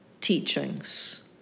teachings